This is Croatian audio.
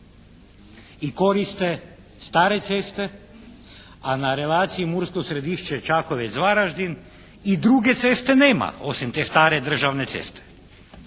i koriste stare ceste, a na relaciji Mursko Središće – Čakovec – Varaždin i druge ceste nema osim te stare državne ceste.